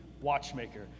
watchmaker